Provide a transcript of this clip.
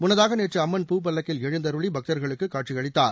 முன்னதாக நேற்று அம்மன் பூ பல்லக்கில் எழுந்தருளி பக்தர்களுக்கு காட்சியளித்தார்